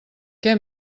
què